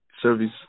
service